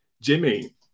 Jimmy